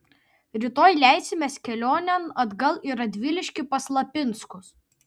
rytoj leisimės kelionėn atgal į radviliškį pas lapinskus